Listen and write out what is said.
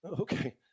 okay